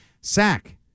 sack